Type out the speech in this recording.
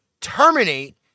Terminate